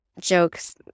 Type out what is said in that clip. jokes